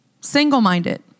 single-minded